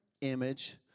image